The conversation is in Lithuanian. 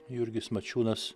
jurgis mačiūnas